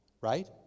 right